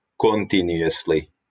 continuously